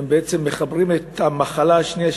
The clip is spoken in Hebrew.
והם בעצם מחברים לזה את המחלה השנייה,